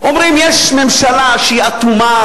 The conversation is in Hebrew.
אומרים: יש ממשלה שהיא אטומה,